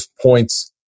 points